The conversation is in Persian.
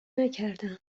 نکردم